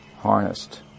harnessed